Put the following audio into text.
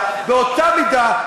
באותה מידה,